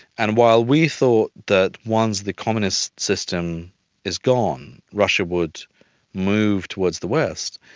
and while we thought that once the communist system is gone, russia would move towards the west,